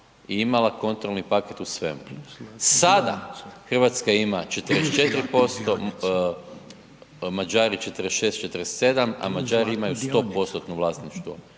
i imala je kontrolni paket u svemu. Sada Hrvatska ima 44%, Mađari 46, 47, a Mađari imaju 100%-tno vlasništvo